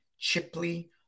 Chipley